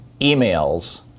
emails